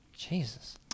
Jesus